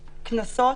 קנסות,